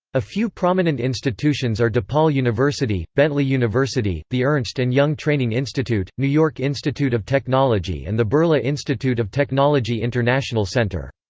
a few prominent institutions are depaul university, bentley university, the ernst and young training institute, new york institute of technology and the birla institute of technology international centre.